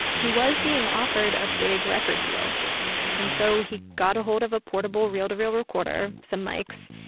he was being offered a big record deal and so he got ahold of a portable reel-to-reel recorder, some mic's,